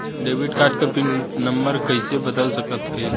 Debit card क PIN number कइसे बदल सकत हई?